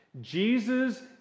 Jesus